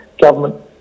government